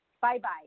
Bye-bye